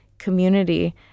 community